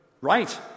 Right